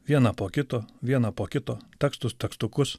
vieną po kito vieną po kito tekstus tekstukus